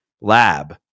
lab